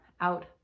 out